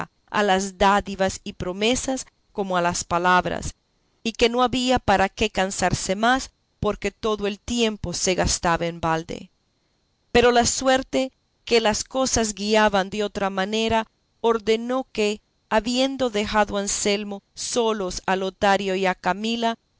a las dádivas y promesas como a las palabras y que no había para qué cansarse más porque todo el tiempo se gastaba en balde pero la suerte que las cosas guiaba de otra manera ordenó que habiendo dejado anselmo solos a lotario y a camila